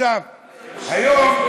גברתי היושבת-ראש,